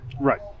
right